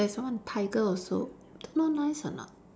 there's one tiger also don't know nice or not